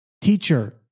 Teacher